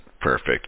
perfect